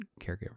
caregiver